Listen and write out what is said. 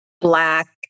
Black